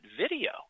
video